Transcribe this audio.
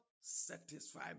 satisfy